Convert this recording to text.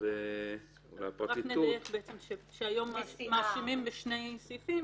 והפרקליטות -- רק נדייק שהיום מרשיעים בשני סעיפים